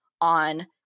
on